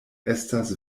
estas